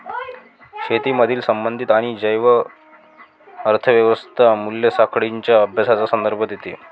शेतीमधील संबंधित आणि जैव अर्थ व्यवस्था मूल्य साखळींच्या अभ्यासाचा संदर्भ देते